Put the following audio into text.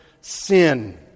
sin